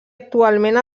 actualment